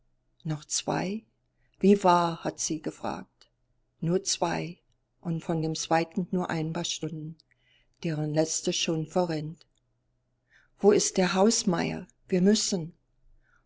noch zwei wie wahr hat sie gefragt nur zwei und von dem zweiten nur ein paar stunden deren letzte schon verrinnt wo ist der hausmeier wir müssen